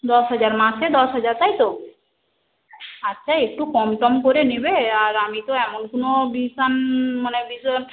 দশ হাজার মাসে দশ হাজার তাই তো আচ্ছা একটু কম টম করে নেবে আর আমি তো এমন কোনো ভীষণ মানে ভীষণ